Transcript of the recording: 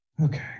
Okay